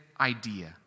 idea